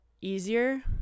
easier